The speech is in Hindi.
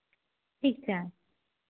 ठीक छै